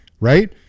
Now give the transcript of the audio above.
Right